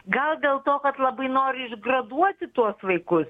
gal dėl to kad labai nori išgraduoti tuos vaikus